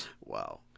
Wow